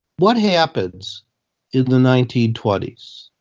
what happens in the nineteen twenty s?